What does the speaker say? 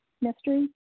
mystery